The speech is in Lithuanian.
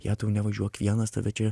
jetau nevažiuok vienas tave čia